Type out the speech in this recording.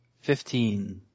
Fifteen